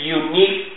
unique